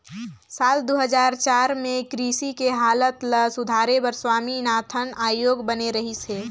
साल दू हजार चार में कृषि के हालत ल सुधारे बर स्वामीनाथन आयोग बने रहिस हे